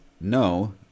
No